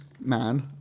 man